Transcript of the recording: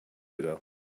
ago